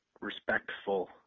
respectful